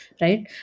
right